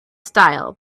style